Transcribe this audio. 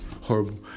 horrible